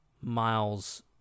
Miles